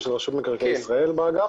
ושל רשות מקרקעי ישראל באגף.